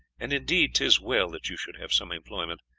and indeed tis well that you should have some employment,